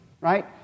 Right